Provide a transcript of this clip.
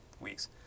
weeks